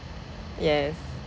yes